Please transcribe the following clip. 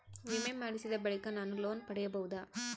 ವಿಮೆ ಮಾಡಿಸಿದ ಬಳಿಕ ನಾನು ಲೋನ್ ಪಡೆಯಬಹುದಾ?